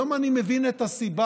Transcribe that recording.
היום אני מבין את הסיבה.